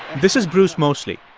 this is bruce moseley.